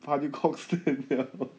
!wah! 你 cork stand